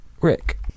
Rick